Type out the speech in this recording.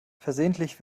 versehentlich